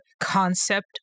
concept